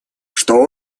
что